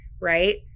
right